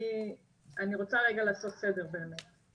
אני רוצה רגע לעשות סדר באמת,